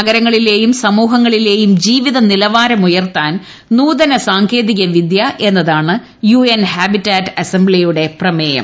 നഗർങ്ങളിലെയും സമൂഹങ്ങളിലെയും ജീവിത നിലവാരം ഉയർത്താൻ നൂതന സാങ്കേതിക വിദ്യ എന്നതാണ് യു എൻ ഹാബിറ്റാറ്റ് അസംബ്ലിയുടെ പ്രമേയം